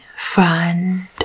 friend